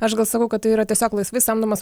aš gal sakau kad tai yra tiesiog laisvai samdomas